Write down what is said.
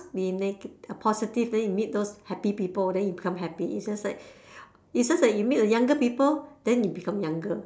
be nega~ positive then you meet those happy people then you become happy it's just like it's just like you meet the younger people then you become younger